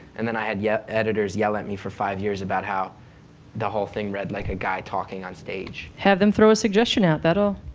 and then i had yeah editors yell at me for five years about how the whole thing read like a guy talking on stage. shannon have them throw a suggestion out, that'll.